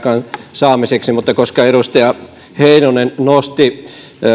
ja aikaansaaminen mutta kun edustaja heinonen nosti